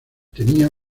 tenía